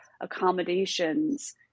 accommodations